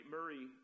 Murray